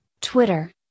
Twitter